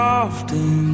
often